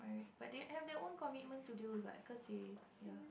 but they have their own commitments to do what cause they ya